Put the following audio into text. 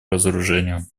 разоружению